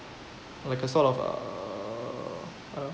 like a sort of uh